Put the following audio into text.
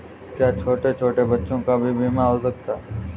क्या छोटे छोटे बच्चों का भी बीमा हो सकता है?